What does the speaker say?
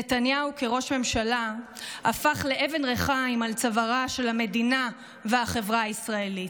נתניהו כראש ממשלה הפך לאבן רחיים על צוואה של המדינה והחברה הישראלית.